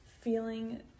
feeling